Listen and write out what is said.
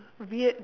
weird